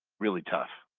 really tough.